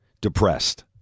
depressed